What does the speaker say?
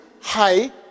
high